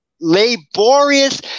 laborious